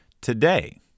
today